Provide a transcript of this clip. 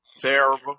Terrible